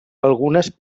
algunes